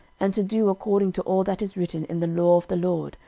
and to do according to all that is written in the law of the lord,